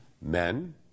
men